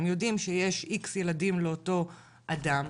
הם יודעים שיש X ילדים לאותו אדם,